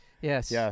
Yes